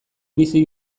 bizi